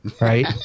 right